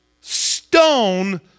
stone